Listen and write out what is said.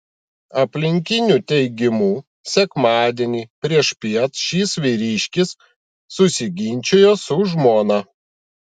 aplinkinių teigimu sekmadienį priešpiet šis vyriškis susiginčijo su žmona